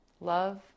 love